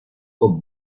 con